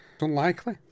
Unlikely